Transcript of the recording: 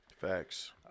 Facts